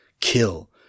kill